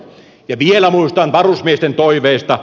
ja vielä muistutan varusmiesten toiveesta